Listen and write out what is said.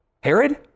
Herod